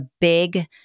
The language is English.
big